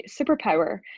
superpower